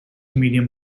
medium